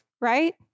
right